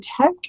tech